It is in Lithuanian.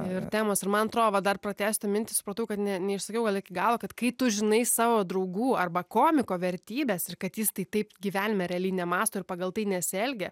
ir temos ir man atrodovat dar pratęsiu tą mintį supratau kad ne neišsakiau gal iki galo kad kai tu žinai savo draugų arba komiko vertybes ir kad jis tai taip gyvenime realiai nemąsto ir pagal tai nesielgia